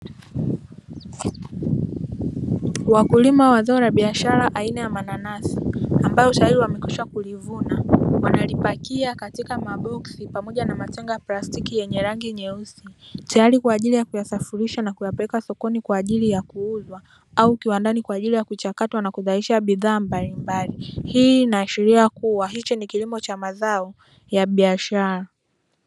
Wakulima wa mazao ya biashara aina ya mananasi ambao tayari wamekwisha kulivuna, wanalipakia katika maboksi pamoja na matenga ya plastiki yenye rangi nyeusi, tayari kwa ajili ya kuyasafirisha na kuyapeleka sokoni kwa ajili ya kuuzwa au kiwandani kwa ajili ya kuchakatwa, na kuzalisha bidhaa mbalimbali. Hii inaashiria kuwa, hiki ni kilimo cha mazao ya biashara.